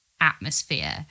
atmosphere